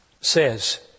says